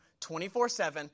24-7